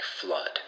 flood